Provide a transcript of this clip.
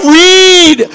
read